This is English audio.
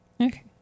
Okay